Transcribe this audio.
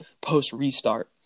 post-restart